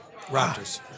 Raptors